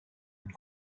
une